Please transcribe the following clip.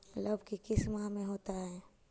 लव की किस माह में होता है?